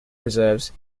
reserves